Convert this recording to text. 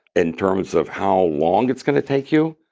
in terms of how long it's going to take you,